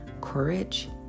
courage